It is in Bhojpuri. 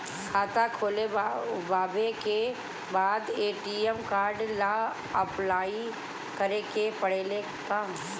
खाता खोलबाबे के बाद ए.टी.एम कार्ड ला अपलाई करे के पड़ेले का?